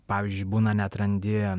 pavyzdžiui būna net randi